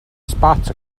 spots